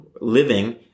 living